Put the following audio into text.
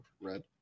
red